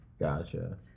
Gotcha